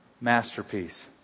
masterpiece